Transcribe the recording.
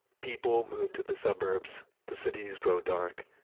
people move to the suburbs. the cities grow dark.